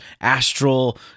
astral